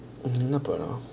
என்ன படம்:enna padam